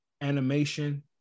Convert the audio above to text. animation